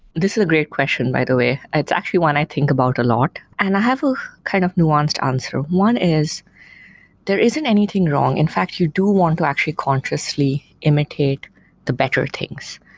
this is a great question, by the way. it's actually one i think about a lot. i and have a kind of nuanced answer. one is there isn't anything wrong. in fact, you do want to actually consciously imitate the better things.